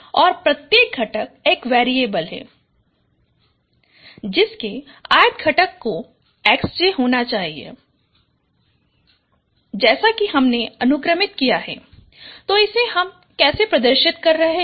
और प्रत्येक घटक एक वेरिएबल है जिसके ith घटक को Xij होना चाहिए जैसा कि हमने अनुक्रमित किया है तो इसे हम कैसा प्रदर्शित कर रहे हैं